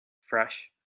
fresh